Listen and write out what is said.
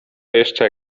jeszcze